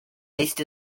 based